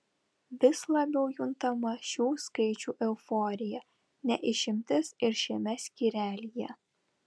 vis labiau juntama šių skaičių euforija ne išimtis ir šiame skyrelyje